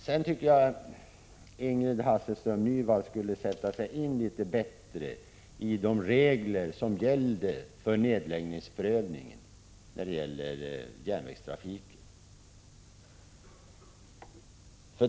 Sedan tycker jag att Ingrid Hasselström Nyvall litet bättre borde sätta sig in i vilka regler som gäller vid nedläggningsprövning av järnvägstrafik.